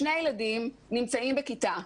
שני ילדים נמצאים בכיתה,